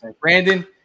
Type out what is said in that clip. Brandon